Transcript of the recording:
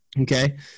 Okay